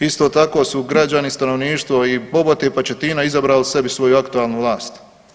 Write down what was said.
Isto tako su građani, stanovništvo Bobote i Pačetina izabrali sebi svoju aktualnu vlast.